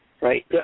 Right